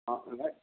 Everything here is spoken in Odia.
ହଁ ନାଇଁ